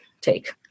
take